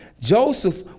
joseph